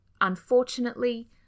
unfortunately